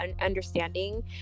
understanding